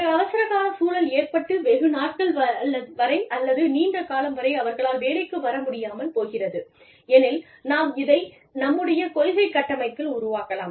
ஒரு அவசரக்கால சூழல் ஏற்பட்டு வெகு நாட்கள் வரை அல்லது நீண்ட காலம் வரை அவர்களால் வேலைக்கு வர முடியாமல் போகிறது எனில் நாம் இதை நம்முடைய கொள்கை கட்டமைப்பில் உருவாக்கலாம்